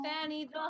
Fanny